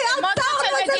בגלל האוצר.